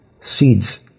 seeds